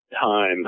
time